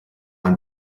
ein